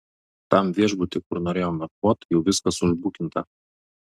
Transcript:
tam viešbuty kur norėjom nakvot jau viskas užbukinta